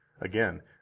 Again